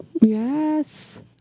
Yes